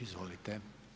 Izvolite.